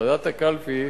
ועדת הקלפי